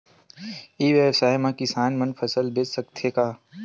ई व्यवसाय म किसान मन फसल बेच सकथे का?